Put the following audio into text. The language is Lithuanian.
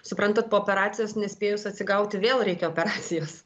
suprantat po operacijos nespėjus atsigauti vėl reikia operacijos